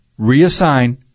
reassign